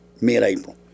mid-April